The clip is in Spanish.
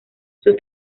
sus